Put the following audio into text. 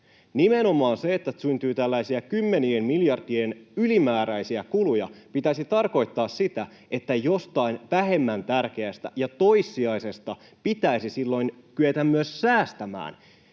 Sen, että syntyy tällaisia kymmenien miljardien ylimääräisiä kuluja, pitäisi tarkoittaa nimenomaan sitä, että jostain vähemmän tärkeästä ja toissijaisesta pitäisi silloin kyetä myös säästämään.